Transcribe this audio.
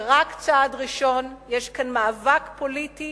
זה רק צעד ראשון, יש כאן מאבק פוליטי